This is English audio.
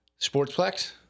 sportsplex